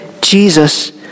Jesus